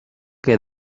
que